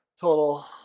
total